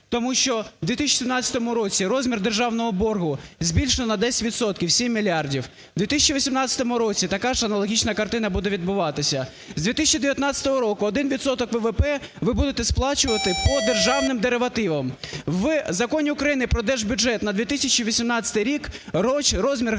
тому що в 2017 році розмір державного боргу збільшений на 10 відсотків, в 7 мільярдів, в 2018 році така ж аналогічна картина буде відбуватися. З 2019 року 1 відсоток ВВП ви будете сплачувати по державним деривативам. В Законі України "Про дербюджет на 2018 рік" розмір граничний